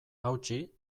hautsi